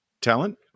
Talent